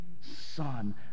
son